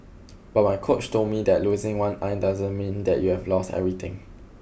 but my coach told me that losing one eye doesn't mean that you've lost everything